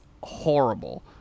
horrible